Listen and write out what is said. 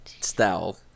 Style